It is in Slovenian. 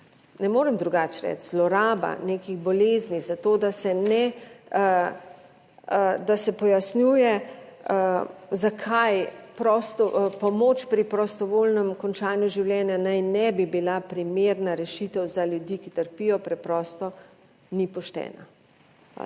ne morem drugače reči, zloraba nekih bolezni za to, da se ne, da se pojasnjuje, zakaj pomoč pri prostovoljnem končanju življenja naj ne bi bila primerna rešitev za ljudi, ki trpijo. Preprosto ni poštena.